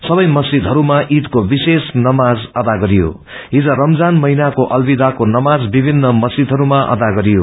सवे मस्जीदहरूमा ईदको विशेष नमाज अदा गरियो छिज रमजान महिनाको अलविदाको नमाज विभिन्न मस्जीदहरूमा अदा गरियो